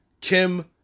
Kim